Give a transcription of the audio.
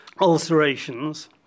Ulcerations